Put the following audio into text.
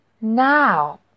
Now